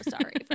sorry